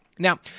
Now